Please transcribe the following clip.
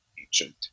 ancient